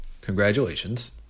congratulations